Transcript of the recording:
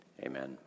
Amen